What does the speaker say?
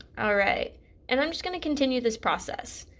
alright and i am just going to continue this process,